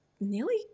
nearly